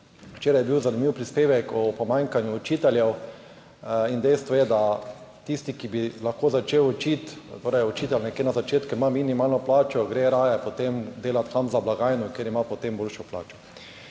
Včeraj je bil zanimiv prispevek o pomanjkanju učiteljev in dejstvo je, da tisti, ki bi lahko začel učiti, torej učitelj nekje na začetku ima minimalno plačo, gre raje potem delati kam za blagajno, ker ima potem boljšo plačo.